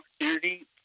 opportunity